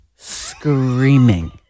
Screaming